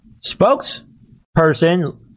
spokesperson